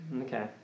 okay